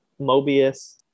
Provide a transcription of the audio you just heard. Mobius